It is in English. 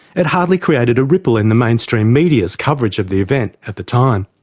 it hardly created a ripple in the mainstream media's coverage of the event at the time.